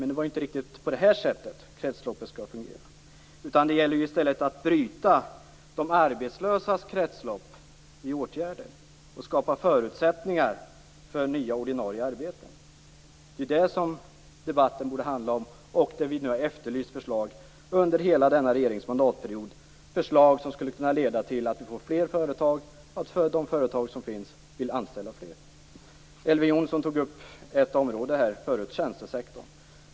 Men det är ju inte riktigt på detta sätt som kretsloppet skall fungera, utan det gäller i stället att bryta de arbetslösas kretslopp i åtgärder och skapa förutsättningar för nya ordinarie arbeten. Det är ju det som debatten borde handla om. Vi har ju efterlyst förslag under hela denna regerings mandatperiod, förslag som skulle kunna leda till att vi får fler företag och att de företag som finns vill anställa fler. Elver Jonsson tog tidigare upp tjänstesektorn.